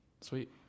Sweet